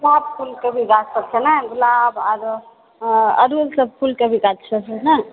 गुलाब फूलके भी गाछ सब छै ने गुलाब आरो अड़हुल कऽ फूल कऽ भी गाछ सब छै ने